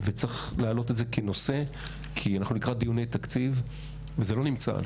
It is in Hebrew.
צריך להעלות את זה כנושא כי אנחנו לקראת דיוני תקציב וזה לא נמצא.